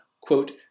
quote